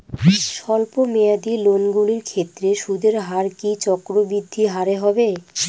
স্বল্প মেয়াদী লোনগুলির ক্ষেত্রে সুদের হার কি চক্রবৃদ্ধি হারে হবে?